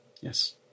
yes